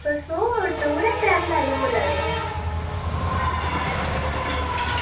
तुस tour and travel आह्ले बोल्ला दे